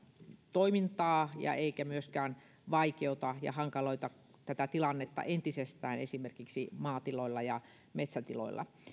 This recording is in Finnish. toimintaa eikä myöskään vaikeuta ja hankaloita tätä tilannetta entisestään esimerkiksi maatiloilla ja metsätiloilla